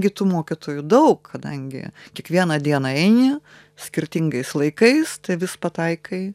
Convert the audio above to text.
kitų mokytojų daug kadangi kiekvieną dieną eini skirtingais laikais tai vis pataikai